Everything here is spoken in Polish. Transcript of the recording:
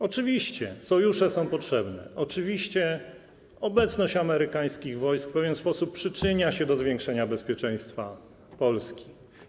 Oczywiście sojusze są potrzebne, oczywiście obecność amerykańskich wojsk w pewien sposób przyczynia się do zwiększenia bezpieczeństwa Polski.